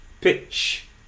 pitch